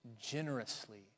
generously